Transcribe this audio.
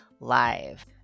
live